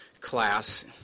class